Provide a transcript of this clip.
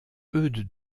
eudes